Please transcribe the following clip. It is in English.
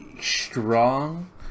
strong